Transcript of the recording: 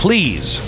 Please